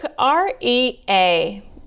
rea